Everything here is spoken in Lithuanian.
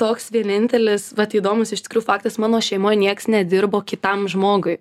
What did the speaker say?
toks vienintelis vat įdomus iš tikrųjų faktas mano šeimoj nieks nedirbo kitam žmogui